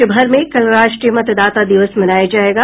देश भर में कल राष्ट्रीय मतदाता दिवस मनाया जाएगा